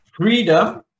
freedom